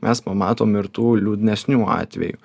mes pamatom ir tų liūdnesnių atvejų